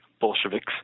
Bolsheviks